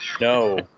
No